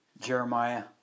Jeremiah